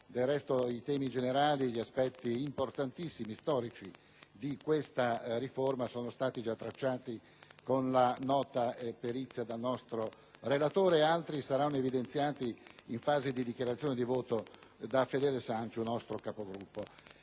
Del resto, i temi generali, gli aspetti importantissimi e storici di tale riforma, sono stati già tracciati, con la nota perizia, dal nostro relatore ed altri saranno evidenziati in fase di dichiarazione di voto dal senatore Sanciu, nostro Capogruppo